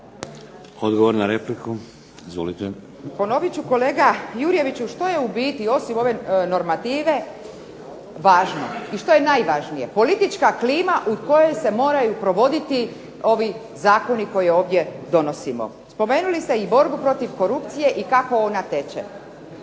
Marinović, Ingrid (SDP)** Ponovit ću kolega Jurjeviću što je u biti, osim ove normative važno i što je najvažnije. Politička klima u kojoj se moraju provoditi ovi zakoni koje ovdje donosimo. Spomenuli ste i borbu protiv korupcije i kako ona teče.